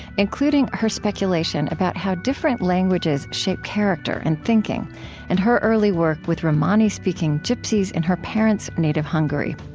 including her speculation about how different languages shape character and thinking and her early work with romani-speaking gypsies in her parents' native hungary.